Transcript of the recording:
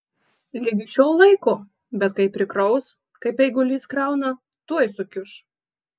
ligi šiol laiko bet kai prikraus kaip eigulys krauna tuoj sukiuš